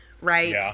right